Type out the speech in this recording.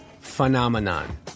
phenomenon